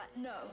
no